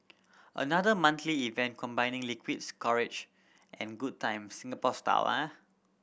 another monthly event combining liquid's courage and good times Singapore style